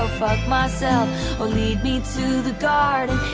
fuck myself or lead me to the garden